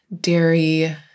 dairy